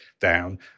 down